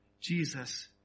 Jesus